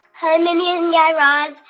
hi, mindy and guy raz.